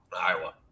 Iowa